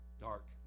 dark